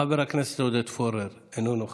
חבר הכנסת עודד פורר, אינו נוכח.